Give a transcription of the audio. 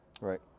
Right